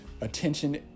attention